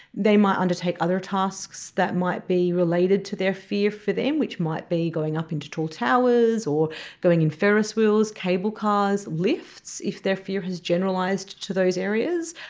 they might undertake other tasks that might be related to their fear for them which might be going up into tall towers or going in ferris wheels, cable cars, lifts if their fear has generalised to those areas.